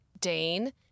Dane